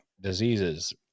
diseases